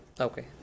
Okay